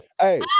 Hey